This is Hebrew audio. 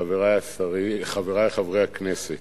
חברי חברי הכנסת,